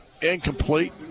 Incomplete